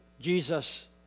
Jesus